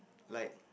like